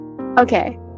Okay